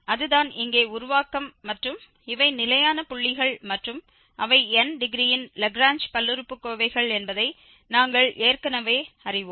அதுதான் இங்கே உருவாக்கம் மற்றும் இவை நிலையான முடிவுகள் மற்றும் அவை n டிகிரியின் லாக்ரேஞ்ச் பல்லுறுப்புக்கோவைகள் என்பதை நாங்கள் ஏற்கனவே அறிவோம்